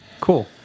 Cool